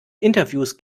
interviews